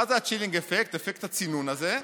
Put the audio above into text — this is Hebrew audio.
מה זה chilling effect, אפקט הצינון הזה?